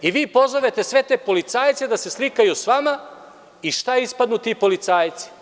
I, vi pozovete sve te policajce da se slikaju sa vama i šta ispadnu ti policajci?